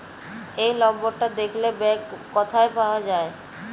এই লম্বরটা দ্যাখলে ব্যাংক ক্যথায় পাউয়া যায়